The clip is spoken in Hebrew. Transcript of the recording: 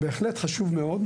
וזה בהחלט חשוב מאוד.